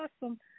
awesome